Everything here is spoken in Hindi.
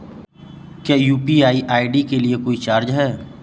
क्या यू.पी.आई आई.डी के लिए कोई चार्ज है?